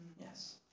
Yes